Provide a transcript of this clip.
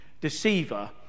deceiver